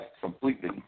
completely